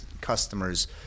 customers